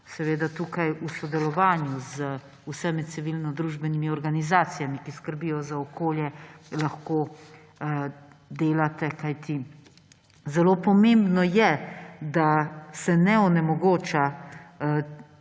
seveda tukaj v sodelovanju z vsemi civilnodružbenimi organizacijami, ki skrbijo za okolje, lahko delate, kajti zelo pomembno je, da se ne onemogoča